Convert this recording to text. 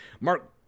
Mark